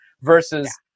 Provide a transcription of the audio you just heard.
versus